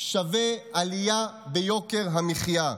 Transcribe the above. שווה עלייה ביוקר המחיה.